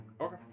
Okay